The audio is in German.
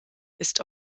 ist